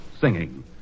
singing